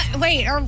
wait